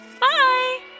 Bye